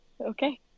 Okay